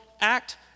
act